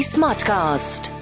Smartcast